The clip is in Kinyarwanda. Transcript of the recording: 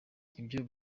ivyo